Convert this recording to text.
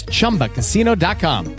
Chumbacasino.com